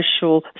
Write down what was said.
social